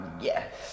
yes